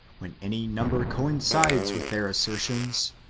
when any number coincides with their assertions,